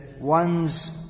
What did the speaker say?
one's